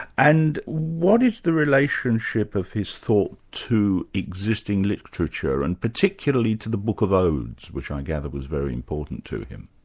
and what if the relationship of his thought to existing literature and particularly to the book of odes, which i gather was very important to him?